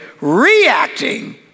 Reacting